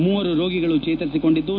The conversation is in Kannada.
ಮೂವರು ರೋಗಿಗಳು ಚೇತರಿಸಿಕೊಂಡಿದ್ದು